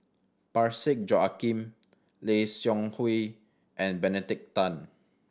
Parsick Joaquim Lim Seok Hui and Benedict Tan